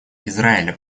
израиля